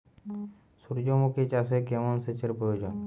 সূর্যমুখি চাষে কেমন সেচের প্রয়োজন?